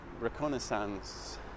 reconnaissance